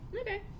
Okay